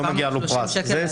על מעשה כזה לא מגיע לו פרס.